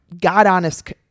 God-honest